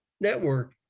network